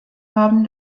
haben